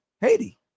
Haiti